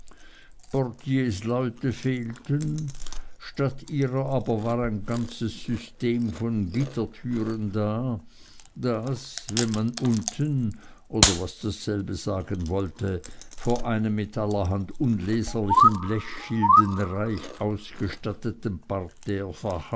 portiersleute fehlten statt ihrer aber war ein ganzes system von gittertüren da das wenn man unten oder was dasselbe sagen wollte vor einem mit allerhand unleserlichen blechschilden reich ausgestatteten